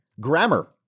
grammar